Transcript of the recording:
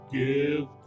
give